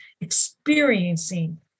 experiencing